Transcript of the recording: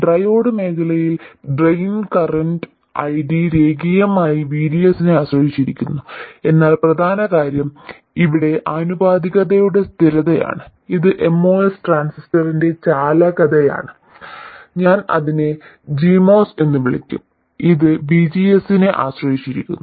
triode മേഖലയിൽ drain current ID രേഖീയമായി VDS നെ ആശ്രയിച്ചിരിക്കുന്നു എന്നാൽ പ്രധാന കാര്യം ഇവിടെ ആനുപാതികതയുടെ സ്ഥിരതയാണ് ഇത് MOS ട്രാൻസിസ്റ്ററിന്റെ ചാലകതയാണ് ഞാൻ അതിനെ Gmos എന്ന് വിളിക്കും ഇത് VGS നെ ആശ്രയിച്ചിരിക്കുന്നു